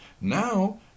now